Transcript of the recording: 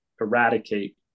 eradicate